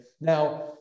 Now